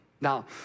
Now